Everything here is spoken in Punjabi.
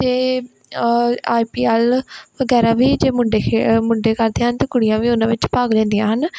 ਅਤੇ ਆਈ ਪੀ ਐਲ ਵਗੈਰਾ ਵੀ ਜੇ ਮੁੰਡੇ ਖੇ ਮੁੰਡੇ ਕਰਦੇ ਹਨ ਅਤੇ ਕੁੜੀਆਂ ਵੀ ਉਹਨਾਂ ਵਿੱਚ ਭਾਗ ਲੈਂਦੀਆਂ ਹਨ